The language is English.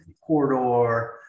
corridor